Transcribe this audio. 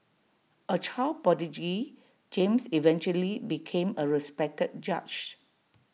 A child prodigy James eventually became A respected judge